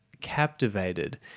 captivated